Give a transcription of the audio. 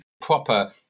proper